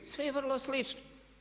Sve je vrlo slično.